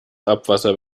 abwasser